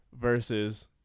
versus